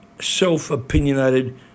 self-opinionated